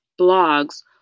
blogs